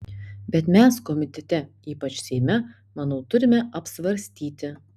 bet mes komitete ypač seime manau turime apsvarstyti